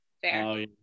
Fair